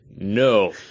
No